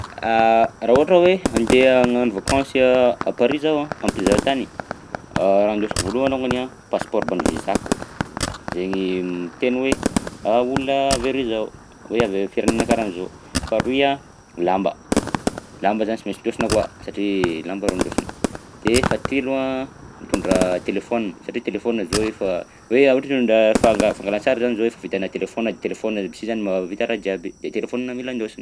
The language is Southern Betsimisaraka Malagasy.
Raha ohatra hoe andeha hagnano vakansy a à paris zaho a am'mpizaha tany raha ndesoko voalohany longany a passeport mban'ny visa-ko zaigny miteny hoe ah olona avy arÿ zaho hoe avy am'firenena karahan'zao. Faharoy a lamba, lamba zany sy mainsy ndôsina koa satria lamba rô indôsina de fahatelo a mitondra telefaonina satria telefaonina zao efa hoe raha ohatra hoe hitondra fanga- fangalan-tsary zany zao efa vitanà telefaonina de telefaonina aby si zany mahavita raha jiaby, de telefaonina mila ndôsina.